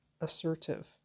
assertive